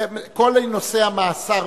יש לנו הסתייגויות שהוסרו.